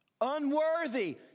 Unworthy